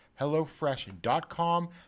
HelloFresh.com